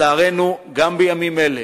לצערנו, גם בימים אלה